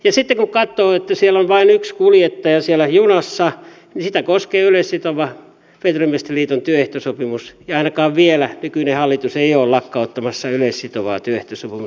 ja sitten kun katsoo että on vain yksi kuljettaja siellä junassa sitä koskee yleissitova veturimiesten liiton työehtosopimus ja ainakaan vielä nykyinen hallitus ei ole lakkauttamassa yleissitovaa työehtosopimusjärjestelmää